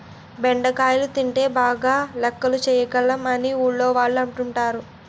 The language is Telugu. బెండకాయలు తింటే బాగా లెక్కలు చేయగలం అని ఊర్లోవాళ్ళు అంటుంటారు